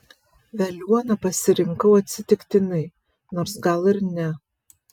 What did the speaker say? veliuoną pasirinkau atsitiktinai nors gal ir ne